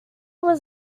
was